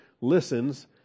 listens